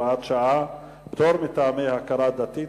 (פטור מטעמי הכרה דתית),